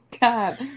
God